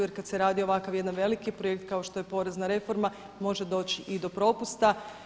Jer kada se radi ovakav jedan veliki projekt kao što je porezna reforma može doći i do propusta.